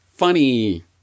funny